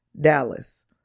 Dallas